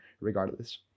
regardless